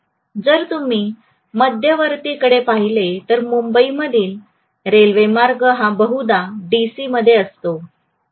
जर तुम्ही मध्यवर्तीकडे पाहिले तर मुंबई मधील रेल्वे मार्ग हा बहुधा डीसी मध्ये असतो